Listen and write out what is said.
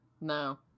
No